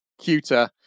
cuter